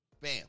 Bam